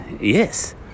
yes